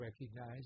recognize